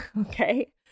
okay